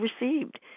received